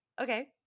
okay